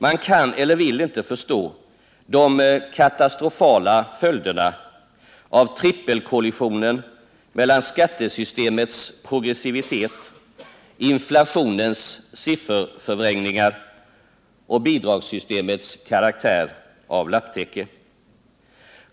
Man kan eller vill inte förstå de katastrofala följderna av trippelkollisionen mellan skattesystemets progressivitet, inflationens sifferförvrängningar och bidragssystemets karaktär av lapptäcke.